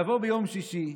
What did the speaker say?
לבוא ביום שישי,